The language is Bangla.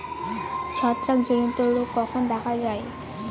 ছত্রাক জনিত রোগ কখন দেখা য়ায়?